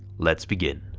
let's begin.